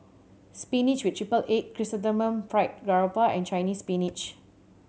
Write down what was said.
spinach with triple egg Chrysanthemum Fried Garoupa and Chinese Spinach